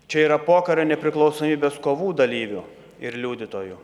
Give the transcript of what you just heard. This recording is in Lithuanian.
čia yra pokario nepriklausomybės kovų dalyvių ir liudytojų